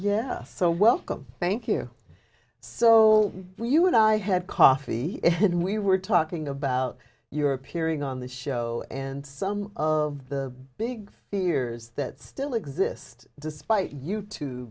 yes so welcome thank you so you and i had coffee and we were talking about your appearing on the show and some of the big fears that still exist despite you t